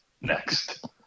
Next